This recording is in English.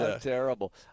Terrible